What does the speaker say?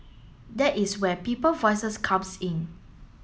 that is where People Voices comes in